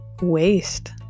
waste